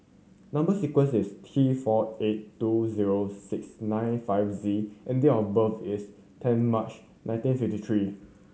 number sequence is T four eight two zero six nine five Z and date of birth is ten March nineteen fifty three